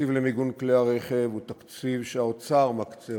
התקציב למיגון כלי הרכב הוא תקציב שהאוצר מקצה.